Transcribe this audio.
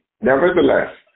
Nevertheless